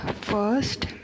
First